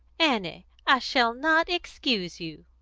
annie, i shall not excuse you.